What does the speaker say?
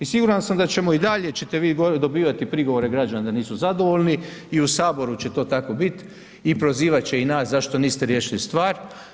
I siguran sam da ćemo i dalje, ćete vi dobivati prigovore građana da nisu zadovoljni i u Saboru će to tako biti i prizvati će i nas zašto niste riješili stvar.